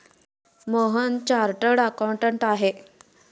Mohan chartered accountant आहेत